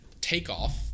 takeoff